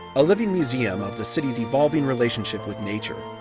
a living museum of the city's evolving relationship with nature,